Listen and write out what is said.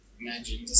Imagine